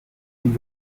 und